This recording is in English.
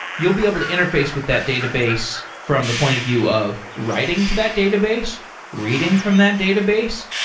you will be able to interface with that database from the point of view of writing to that database, reading from that database,